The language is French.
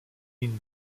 ligne